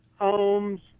homes